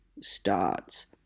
starts